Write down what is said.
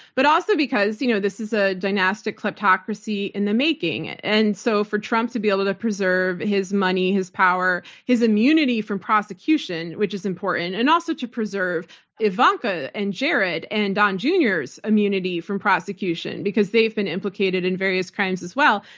but also because you know this is a dynastic kleptocracy in the making. and so for trump to be able to preserve his money, his power, his immunity from prosecution, which is important, and also to preserve ivanka and jared and don junior's immunity from prosecution because they've been implicated in various crimes as well,